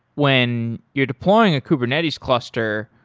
when you're deploying a kubernetes cluster,